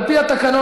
על פי התקנון,